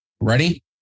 Ready